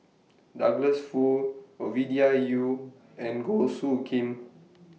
Douglas Foo Ovidia Yu and Goh Soo Khim